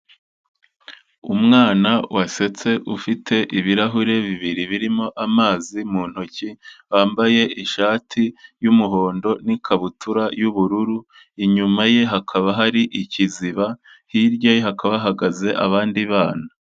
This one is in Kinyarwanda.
Umwana wasetse ufite ibirahure bibiri birimo amazi mu ntoki, wambaye ishati y'umuhondo n'ikabutura y'ubururu, inyuma ye hakaba hari ikiziba, hirya ye hakaba hahagaze abandi bana.